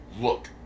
Look